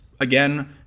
Again